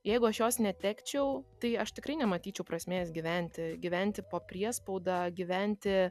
jeigu aš jos netekčiau tai aš tikrai nematyčiau prasmės gyventi gyventi po priespauda gyventi